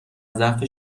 ضعف